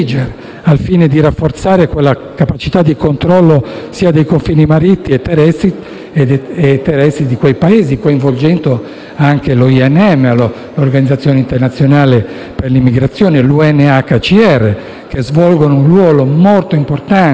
al fine di rafforzare la capacità di controllo dei confini marittimi e terrestri di quei Paesi, coinvolgendo anche l'Organizzazione internazionale per le migrazioni (INM) e l'UNHCR, che svolgono un ruolo molto importante